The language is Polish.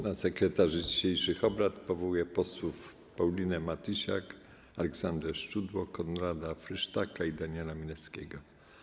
Na sekretarzy dzisiejszych obrad powołuję posłów Paulinę Matysiak, Aleksandrę Szczudło, Konrada Frysztaka i Daniela Milewskiego.